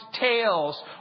tales